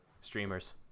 streamers